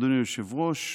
אדוני היושב-ראש,